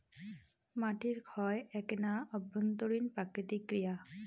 মাটির ক্ষয় এ্যাকনা অভ্যন্তরীণ প্রাকৃতিক ক্রিয়া